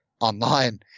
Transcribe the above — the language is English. online